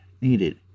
needed